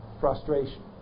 frustration